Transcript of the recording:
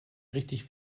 richtig